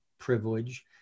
privilege